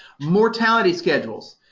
mortality schedules.